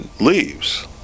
leaves